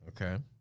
Okay